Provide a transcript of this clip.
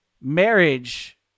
Marriage